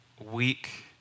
weak